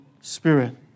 Spirit